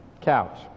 couch